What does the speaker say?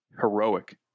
heroic